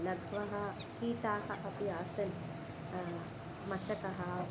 लघ्वः कीटाः अपि आसन् मशकः